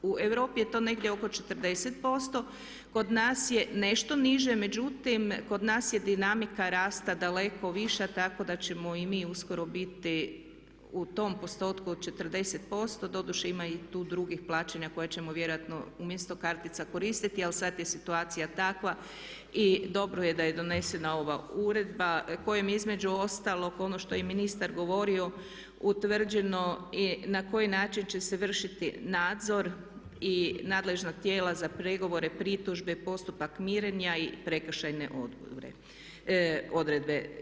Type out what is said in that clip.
U Europi je to negdje oko 40%, kod nas je nešto niže, međutim kod nas je dinamika rasta daleko viša tako da ćemo i mi uskoro biti u tom postotku od 40% doduše ima i tu drugih plaćanja koja ćemo vjerojatno umjesto kartica koristiti ali sad je situacija takva i dobro je da je donesena ova uredba kojom između ostalog ono što je i ministar govorio utvrđeno i na koji način će se vršiti nadzor i nadležnog tijela za pregovore, pritužbe, postupak mirenja i prekršajne odredbe.